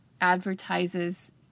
advertises